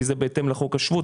כי זה בהתאם לחוק השבות.